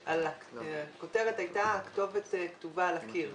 הכותרת הייתה "הכתובת כתובה על הקיר",